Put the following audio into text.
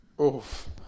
Oof